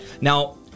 Now